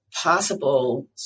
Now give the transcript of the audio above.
possible